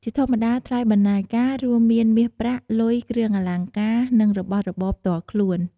ជាធម្មតា ថ្លៃបណ្ណាការរួមមានមាសប្រាក់ លុយ, គ្រឿងអលង្ការ, និងរបស់របរផ្ទាល់ខ្លួន។